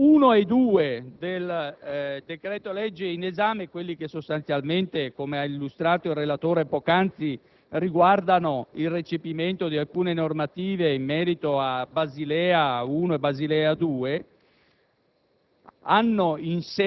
gli articoli 1 e 2 del decreto‑legge in esame, che sostanzialmente - come ha appena illustrato il relatore - riguardano il recepimento di alcune normative in merito a Basilea 1 e Basilea 2,